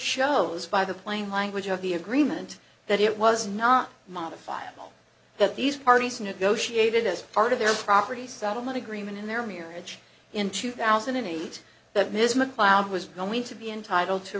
shows by the plain language of the agreement that it was not modifiable that these parties negotiated as part of their property settlement agreement in their marriage in two thousand and eight that ms mcleod was going to be entitled to